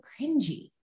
cringy